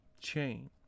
chain